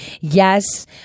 Yes